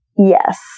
Yes